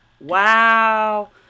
wow